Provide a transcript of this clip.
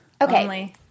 Okay